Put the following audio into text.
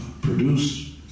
produced